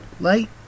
light